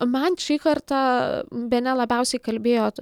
man šį kartą bene labiausiai kalbėjo t